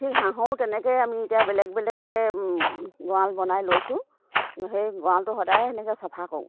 ঠিক হাঁহো তেনেকৈয়ে আমি এতিয়া বেলেগ বেলেগকৈ গড়াল বনাই লৈছোঁ সেই গড়ালটো সদায়ে সেনেকৈ চফা কৰোঁ